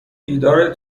دیدار